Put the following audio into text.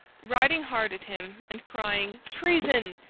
riding hard at him, and crying treason!